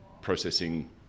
processing